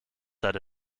set